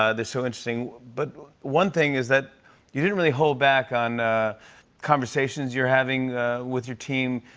ah they're so interesting. but one thing is that you didn't really hold back on conversations you're having with your team,